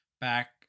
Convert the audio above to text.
back